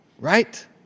Right